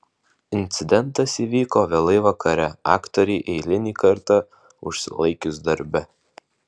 incidentas įvyko vėlai vakare aktorei eilinį kartą užsilaikius darbe